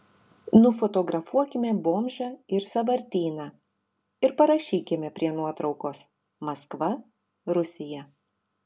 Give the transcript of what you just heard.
nufotografuokime bomžą ir sąvartyną ir parašykime prie nuotraukos maskva rusija